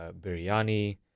biryani